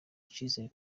icizere